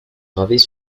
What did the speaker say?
gravés